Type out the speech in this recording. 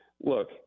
look